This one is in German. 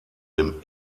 dem